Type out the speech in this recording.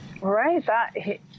Right